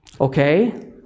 okay